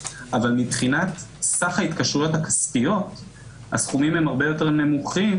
אבל מבחינת סך ההתקשרויות הכספיות הסכומים הם הרבה יותר נמוכים.